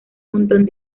montón